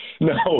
No